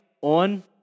on